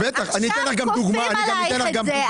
עכשיו כופים עלייך את זה,